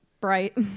bright